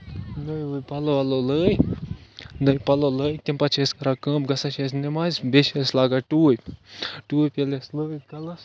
پَلو وَلو لٲگۍ نٔے پَلو لٲگۍ تَمہِ پَتہٕ چھِ أسۍ کَران کٲم گژھان چھِ أسۍ نٮ۪مازِ بیٚیہِ چھِ أسۍ لاگان ٹوٗپۍ ٹوٗپۍ ییٚلہِ أسۍ لٲج کَلَس